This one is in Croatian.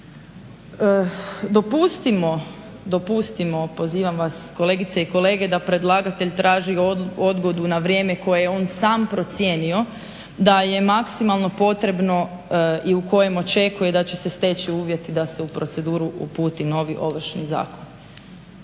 Dopustimo, pozivam vas kolegice i kolege da predlagatelj traži odgodu na vrijeme koje je on sam procijenio, da je maksimalno potrebno i u kojem očekuje da će se steći uvjeti da se u proceduru uputi novi ovršni zakon.